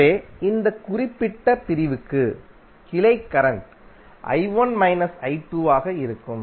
எனவே இந்த குறிப்பிட்ட பிரிவுக்கு கிளை கரண்ட் I1 மைனஸ் I2 ஆக இருக்கும்